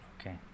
Okay